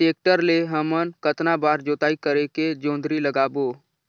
Tractor ले हमन कतना बार जोताई करेके जोंदरी लगाबो?